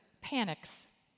panics